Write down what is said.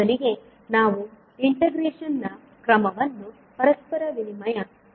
ಮೊದಲಿಗೆ ನಾವು ಇಂಟಿಗ್ರೆೇಶನ್ ನ ಕ್ರಮವನ್ನು ಪರಸ್ಪರ ವಿನಿಮಯ ಮಾಡಿಕೊಳ್ಳುತ್ತೇವೆ